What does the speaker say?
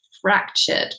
fractured